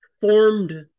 formed